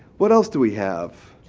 what else do we have?